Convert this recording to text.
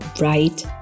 right